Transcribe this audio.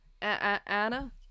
Anna